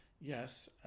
Yes